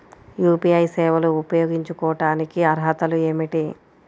UPI సేవలు ఉపయోగించుకోటానికి అర్హతలు ఏమిటీ?